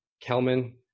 Kelman